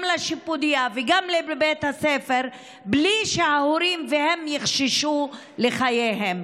לשיפודייה וגם לבית הספר בלי שההורים והם יחששו לחייהם.